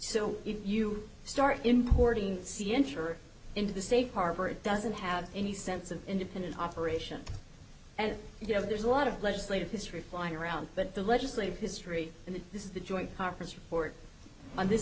so you start importing c enter into the safe harbor it doesn't have any sense of independent operation and you know there's a lot of legislative history flying around but the legislative history and this is the joint conference report on this